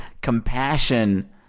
compassion